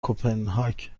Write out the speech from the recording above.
کپنهاک